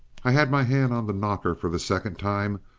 i had my hand on the knocker for the second time,